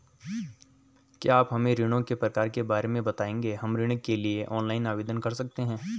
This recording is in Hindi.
क्या आप हमें ऋणों के प्रकार के बारे में बताएँगे हम ऋण के लिए ऑनलाइन आवेदन कर सकते हैं?